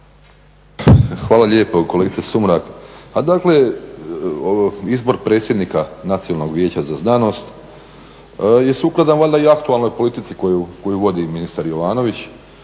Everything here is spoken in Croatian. Hvala lijepo kolegice Sumrak. A dakle izbor predsjednika Nacionalnog vijeća za znanost je sukladan valjda i aktualnoj politici koju vodi ministar Jovanović